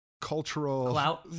cultural